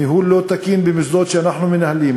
ניהול לא תקין במוסדות שאנחנו מנהלים,